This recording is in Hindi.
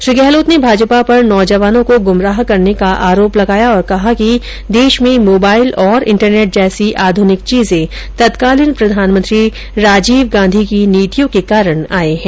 श्री गहलोत ने भाजपा पर नौजवानों को गुमराह करने का आरोप लगाया और कहा कि देश में मोबाईल और इंटरनेट जैसी आधुनिक चीजें तत्कालीन प्रधानमंत्री राजीव गांधी की नीतियों के कारण आये है